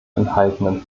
enthaltenen